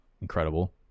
Incredible